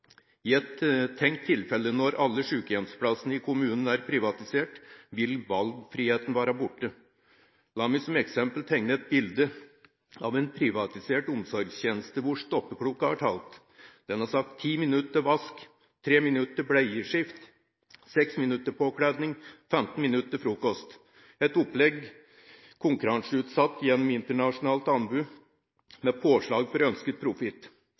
I et tenkt tilfelle der alle sjukehjemsplassene i kommunen er privatisert, vil valgfriheten bli borte. La meg som eksempel tegne et bilde av en privatisert omsorgstjeneste hvor stoppeklokka har talt. Den har sagt 10 minutter til vask, 3 minutter til bleieskift, 6 minutter til påkledning, 15 minutter til frokost – et opplegg konkurranseutsatt gjennom et internasjonalt anbud, med påslag for ønsket profitt.